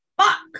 Fuck